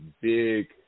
big